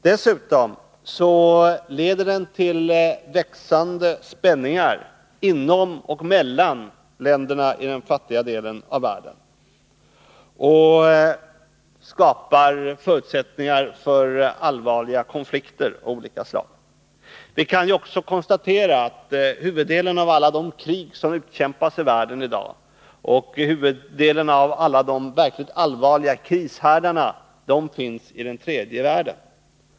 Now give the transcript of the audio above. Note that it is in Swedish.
Dessutom leder den till växande spänningar inom och mellan länderna i den fattiga delen av världen och skapar förutsättningar för allvarliga konflikter av olika slag. Vi kan också konstatera att huvuddelen av alla de krig som utkämpas i dag — och huvuddelen av alla de verkligt allvarliga krishärdarna — förekommer i den tredje världen.